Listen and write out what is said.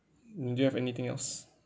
do you have anything else